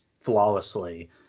flawlessly